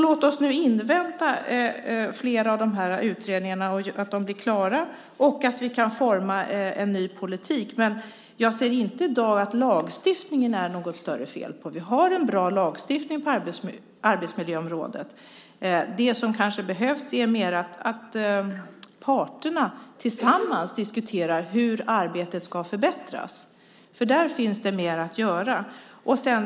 Låt oss nu invänta att flera av utredningarna blir klara och att vi kan forma en ny politik. Men jag ser inte i dag att det är något större fel på lagstiftningen. Vi har en bra lagstiftning på arbetsmiljöområdet. Det som kanske behövs är mer att parterna tillsammans diskuterar hur arbetet ska förbättras, för där finns det mer att göra.